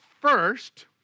first